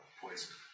Poison